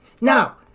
Now